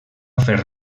fer